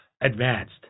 advanced